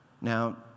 Now